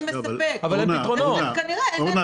כנראה אין